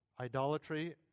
idolatry